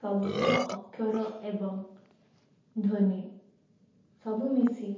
ଶବ୍ଦ ଅକ୍ଷର ଏବଂ ଧ୍ୱନି ସବୁମିଶି